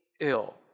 ill